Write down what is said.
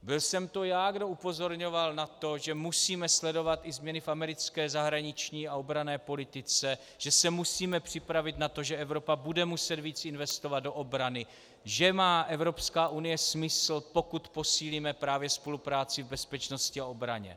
Byl jsem to já, kdo upozorňoval na to, že musíme sledovat i změny v americké zahraniční a obranné politice, že se musíme připravit na to, že Evropa bude muset víc investovat do obrany, že má Evropská unie smysl, pokud posílíme právě spolupráci v bezpečnosti a obraně.